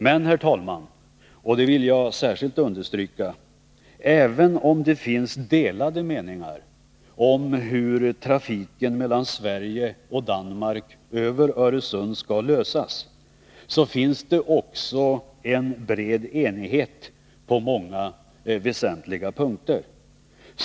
Men, herr talman — och det vill jag särskilt understryka —, även om det finns delade meningar om hur trafiken mellan Sverige och Danmark över Öresund skall lösas, finns det också en bred enighet på många väsentliga punkter.